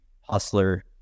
hustler